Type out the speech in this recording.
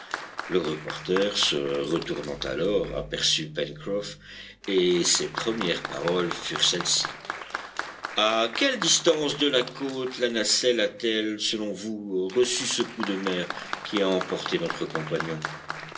le reporter se retournant alors aperçut pencroff et ses premières paroles furent celles-ci à quelle distance de la côte la nacelle a-t-elle selon vous reçu ce coup de mer qui a emporté notre compagnon